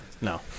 no